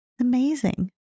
Amazing